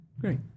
Great